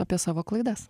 apie savo klaidas